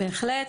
בהחלט.